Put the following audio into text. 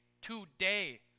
today